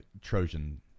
Trojan